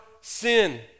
sin